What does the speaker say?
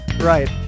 Right